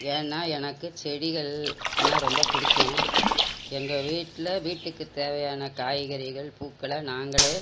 ஏன்னால் எனக்கு செடிகள்னால் ரொம்ப பிடிக்கும் எங்கள் வீட்டில் வீட்டுக்கு தேவையான காய்கறிகள் பூக்களை நாங்களே